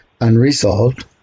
unresolved